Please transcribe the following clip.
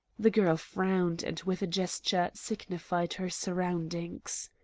the girl frowned, and with a gesture signified her surroundings.